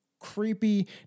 Creepy